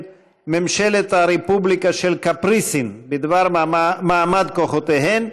ממשלת הרפובליקה היוונית בדבר המעמד של כוחותיהן,